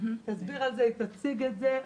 היא תסביר על זה, היא תציג את זה.